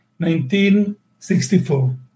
1964